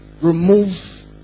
remove